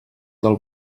del